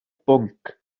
bwnc